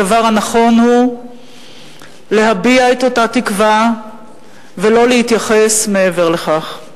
הדבר הנכון הוא להביע את אותה תקווה ולא להתייחס מעבר לכך.